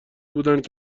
بودند